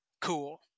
Cool